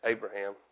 Abraham